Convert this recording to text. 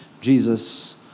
Jesus